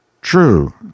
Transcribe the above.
True